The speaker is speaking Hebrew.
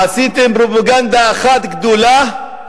עשיתם פרופגנדה אחת גדולה,